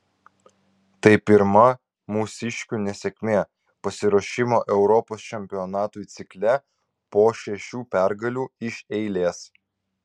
tai pirma mūsiškių nesėkmė pasiruošimo europos čempionatui cikle po šešių pergalių iš eilės